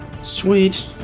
Sweet